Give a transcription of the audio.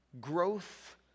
Growth